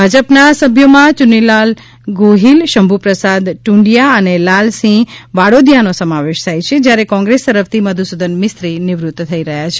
ભાજપ ના સભ્યો માં ચુનીભાઈ ગોહિલ શંભુ પ્રસાદ ટ્રંડિયા અને લાલસિંહ વાડોદીયા નો સમાવેશ થાય છે જ્યારે કોંગ્રેસ તરફ થી મધુસૂદન મિસ્ત્રિ નિવૃત થઈ રહ્યા છે